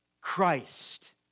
Christ